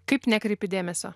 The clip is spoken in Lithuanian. kaip nekreipi dėmesio